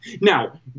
Now